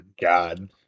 God